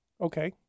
Okay